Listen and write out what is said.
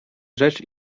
rzecz